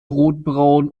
rotbraun